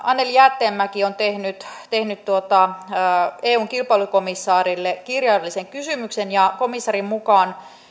anneli jäätteenmäki on tehnyt tehnyt eun kilpailukomissaarille kirjallisen kysymyksen ja komissaarin mukaan